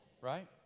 Right